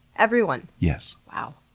everyone? yes. wow!